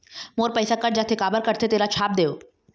मोर पैसा कट जाथे काबर कटथे तेला छाप देव?